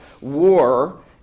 war